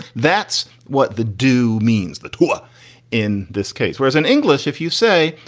that's what the do means. the tool in this case, where is an english? if you say,